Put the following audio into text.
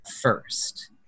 first